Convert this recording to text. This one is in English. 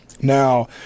Now